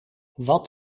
wat